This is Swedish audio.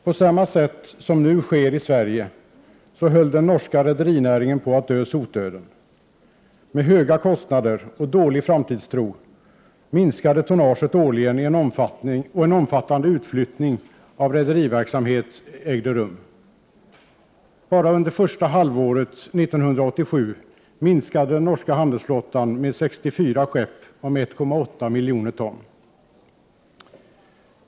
På samma sätt som nu sker i Sverige höll den norska rederinäringen på att dö sotdöden. Med höga kostnader och dålig framtidstro minskade tonnaget årligen, och en omfattande utflyttning av rederiverksamhet ägde rum. Bara under första halvåret 1987 minskade den norska handelsflottan med 64 skepp om 1,8 miljoner ton.